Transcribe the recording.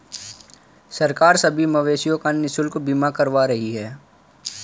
सरकार सभी मवेशियों का निशुल्क बीमा करवा रही है